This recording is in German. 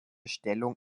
stellung